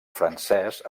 francès